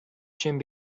jim